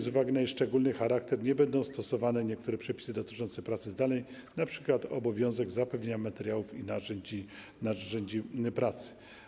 Z uwagi na jej szczególny charakter nie będą stosowane niektóre przepisy dotyczące pracy zdalnej, np. obowiązek zapewnienia materiałów i narzędzi pracy.